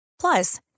Plus